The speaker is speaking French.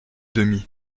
demi